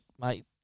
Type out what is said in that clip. mate